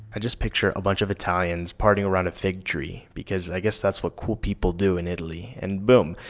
i just picture a bunch of italians partying around a fig tree. because i guess that's what cool people do in italy, and boom.